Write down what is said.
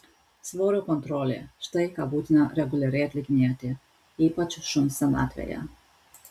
svorio kontrolė štai ką būtina reguliariai atlikinėti ypač šuns senatvėje